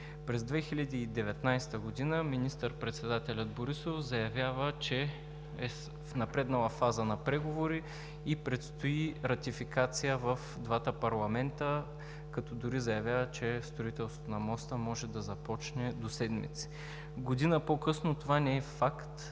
През 2019 г. министър-председателят Борисов заявява, че е в напреднала фаза на преговори и предстои ратификация в двата парламента, като дори заявява, че строителството на моста може да започне до седмици. Година по-късно това не е факт